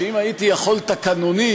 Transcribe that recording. שאם הייתי יכול תקנונית,